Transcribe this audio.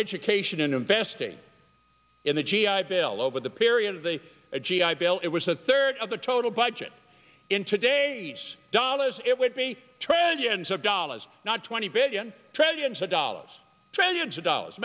education in investing in the g i bill over the period of the a g i bill it was a third of the total budget in today's dollars it would me transients of dollars not twenty billion trillion dollars trillions of dollars